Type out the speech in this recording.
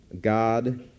God